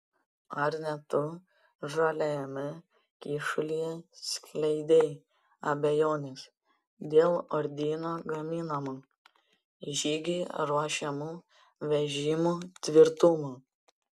ar ne tu žaliajame kyšulyje skleidei abejones dėl ordino gaminamų žygiui ruošiamų vežimų tvirtumo